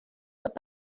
but